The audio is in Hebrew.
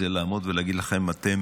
לעמוד ולהגיד לכם: אתם